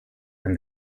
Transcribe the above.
and